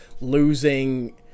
losing